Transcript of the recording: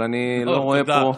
אבל אני לא רואה פה,